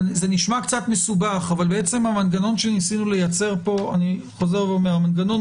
קצת מסובך, אבל המנגנון שניסינו לייצר פה הוא לומר